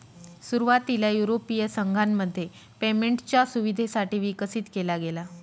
सुरुवातीला युरोपीय संघामध्ये पेमेंटच्या सुविधेसाठी विकसित केला गेला